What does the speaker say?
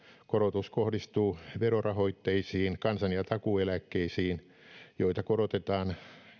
korotus kohdistuu verorahoitteisiin kansan ja takuueläkkeisiin joita korotetaan